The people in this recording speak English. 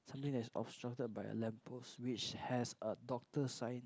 something that is obstructed by a lamp post which has a doctor sign